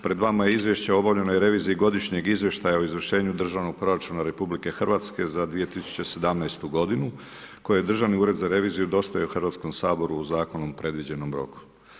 Pred vama je Izvješće o obavljenoj reviziji godišnjeg Izvještaja o izvršenju Državnog proračuna RH za 2017. godinu koje je Državni ured za reviziju dostavio Hrvatskom saboru u zakonom predviđenom roku.